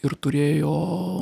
ir turėjo